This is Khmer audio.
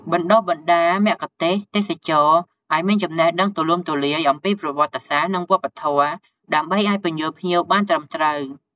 បណ្ដុះបណ្ដាលមគ្គុទ្ទេសក៍ទេសចរណ៍ឱ្យមានចំណេះដឹងទូលំទូលាយអំពីប្រវត្តិសាស្ត្រ និងវប្បធម៌ ដើម្បីអាចពន្យល់ភ្ញៀវបានត្រឹមត្រូវ។